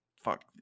fuck